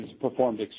performed